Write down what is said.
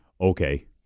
Okay